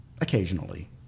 occasionally